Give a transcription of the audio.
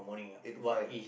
eight to five